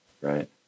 right